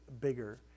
bigger